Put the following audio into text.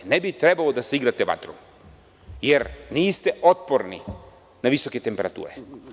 Ne bi trebalo da se igrate vatrom, jer niste otporni na visoke temperature.